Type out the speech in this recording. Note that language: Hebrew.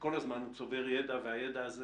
כל הזמן צובר ידע והידע הזה